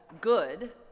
good